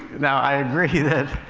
now, i agree that